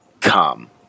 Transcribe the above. come